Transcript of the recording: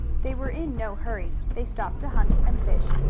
they were in no hurry. they stopped to hunt and fish,